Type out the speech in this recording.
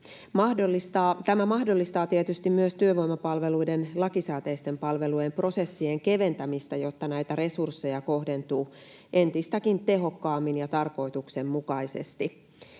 Tämä mahdollistaa tietysti myös työvoimapalveluiden lakisääteisten palvelujen prosessien keventämistä, jotta näitä resursseja kohdentuu entistäkin tehokkaammin ja tarkoituksenmukaisesti.